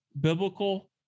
biblical